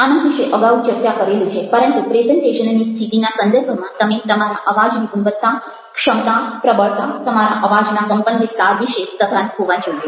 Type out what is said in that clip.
આના વિશે અગાઉ ચર્ચા કરેલી છે પરંતુ પ્રેઝન્ટેશનની સ્થિતિના સંદર્ભમાં તમે તમારા અવાજની ગુણવત્તા ક્ષમતા પ્રબળતા તમારા અવાજના કંપનવિસ્તાર વિશે સભાન હોવો જોઈએ